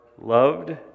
loved